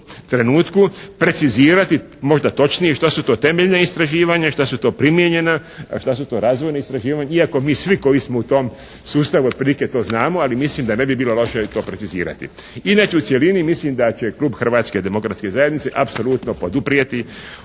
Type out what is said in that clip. trenutku precizirati možda točnije što su to temeljna istraživanja, što su to primijenjena a što su to razvojna istraživanja iako mi svi koji smo u tom sustavu otprilike to znamo ali mislim da ne bi bilo loše i to precizirati. Inače u cjelini mislim da će klub Hrvatske demokratske zajednice apsolutno poduprijeti